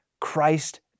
Christ